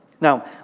Now